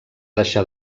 deixar